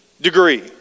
degree